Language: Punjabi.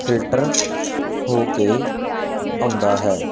ਫਿਲਟਰ ਹੋ ਕੇ ਆਉਂਦਾ ਹੈ